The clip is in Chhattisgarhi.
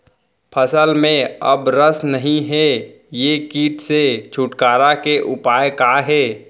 फसल में अब रस नही हे ये किट से छुटकारा के उपाय का हे?